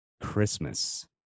christmas